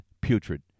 putrid